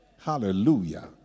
Hallelujah